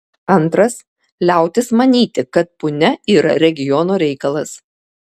antras liautis manyti kad punia yra regiono reikalas